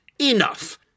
enough